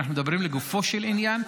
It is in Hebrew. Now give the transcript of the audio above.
אנחנו מדברים לגופו של עניין.